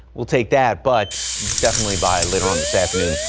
we'll take that but definitely by later on this afternoon.